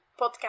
podcast